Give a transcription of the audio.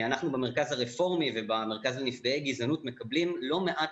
אנחנו במרכז הרפורמי ובמרכז לנפגעי גזענות מקבלים לא מעט